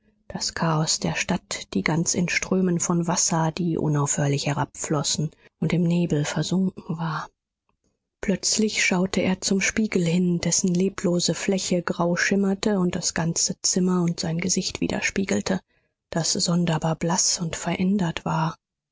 das chaos der stadt die ganz in strömen von wasser die unaufhörlich herabflossen und im nebel versunken war plötzlich schaute er zum spiegel hin dessen leblose fläche grau schimmerte und das ganze zimmer und sein gesicht widerspiegelte das sonderbar blaß und verändert war